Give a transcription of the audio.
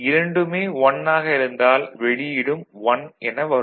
இரண்டுமே 1 ஆக இருந்தால் வெளியீடும் 1 என வரும்